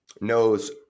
knows